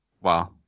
Wow